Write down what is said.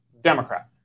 Democrat